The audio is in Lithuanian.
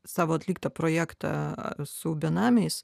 savo atliktą projektą su benamiais